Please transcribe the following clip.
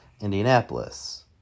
Indianapolis